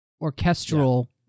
orchestral